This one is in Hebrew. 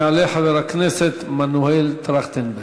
יעלה חבר הכנסת מנואל טרכטנברג,